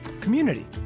community